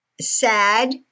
Sad